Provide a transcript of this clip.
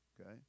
okay